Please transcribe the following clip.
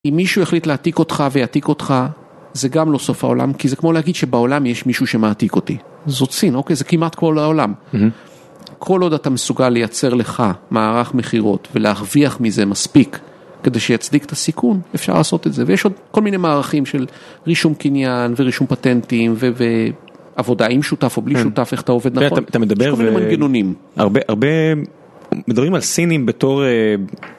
אם מישהו יחליט להעתיק אותך ויעתיק אותך זה גם לא סוף העולם כי זה כמו להגיד שבעולם יש מישהו שמעתיק אותי. זאת סין, אוקיי? זה כמעט כל העולם. כל עוד אתה מסוגל לייצר לך מערך מכירות ולהרוויח מזה מספיק כדי שיצדיק את הסיכון, אפשר לעשות את זה. ויש עוד כל מיני מערכים של רישום קניין ורישום פטנטיים ועבודה עם שותף או בלי שותף, איך אתה עובד נכון, יש כל מיני מנגנונים. הרבה מדברים על סינים בתור.